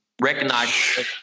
recognize